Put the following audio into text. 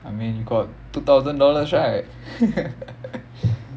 I mean you got two thousand dollars right